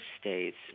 states